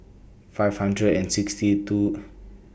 five hundred and sixty two